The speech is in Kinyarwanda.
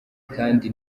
kandi